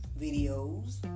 videos